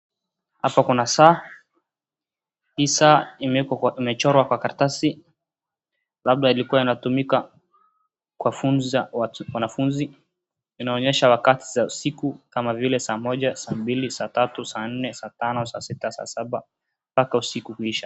Hapa kuna saa. Hii saa imechorwa kwa karatasi. Labda ilikuwa inatumika kuwafunza wanafunzi. Inaonyesha wakati wa usiku kama vile, saa moja, saa mbili, saa tatu, saa nne, saa tano, saa sita, saa saba mpaka usiku kuisha.